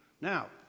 Now